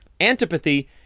Antipathy